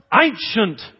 ancient